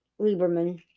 Lieberman